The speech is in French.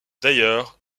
d’ailleurs